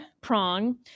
prong